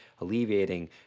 alleviating